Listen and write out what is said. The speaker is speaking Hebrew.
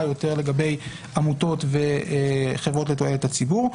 יותר לגבי עמותות וחברות לתועלת הציבור,